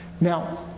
Now